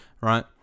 right